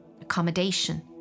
accommodation